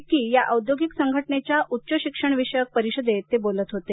FICCI या औद्योगिक संघटनेच्या उच्चशिक्षणविषयक परिषदेत ते बोलत होते